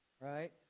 right